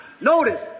notice